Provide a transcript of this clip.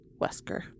Wesker